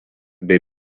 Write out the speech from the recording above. bei